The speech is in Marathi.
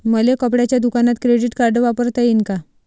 मले कपड्याच्या दुकानात क्रेडिट कार्ड वापरता येईन का?